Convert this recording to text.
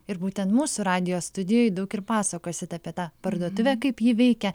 ir būtent mūsų radijo studijoj daug ir pasakosit apie tą parduotuvę kaip ji veikia